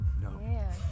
No